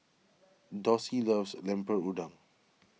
Dossie loves Lemper Udang